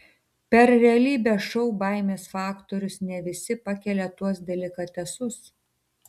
per realybės šou baimės faktorius ne visi pakelia tuos delikatesus